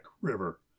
river